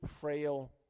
frail